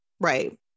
Right